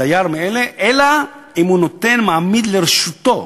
דייר מאלה, אלא אם כן הוא מעמיד לרשותו